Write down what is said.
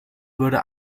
würde